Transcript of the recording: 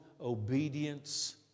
obedience